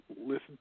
listen